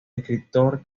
escritor